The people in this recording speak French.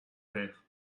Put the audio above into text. père